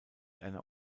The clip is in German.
einer